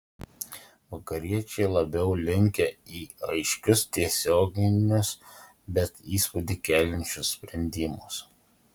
vakariečiai labiau linkę į aiškius tiesioginius bet įspūdį keliančius sprendimus